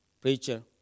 preacher